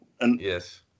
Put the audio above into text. Yes